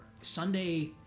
Sunday